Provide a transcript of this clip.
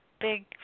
big